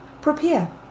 prepare